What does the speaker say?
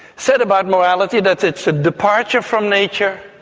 said about morality that it's a departure from nature,